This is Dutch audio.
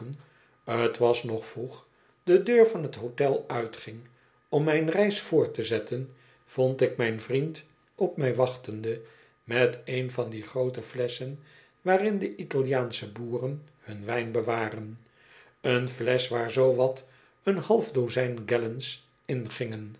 t was nog vroeg de deur van t hotel uitging om mijn reis voort te zetten vond ik myn vriend op mij wachtende met een van die groote flesschen waarin de italiaansche boeren hun wijn bewaren een flesch waar zoo wat een half dozijn gallons in gingen